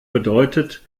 bedeutet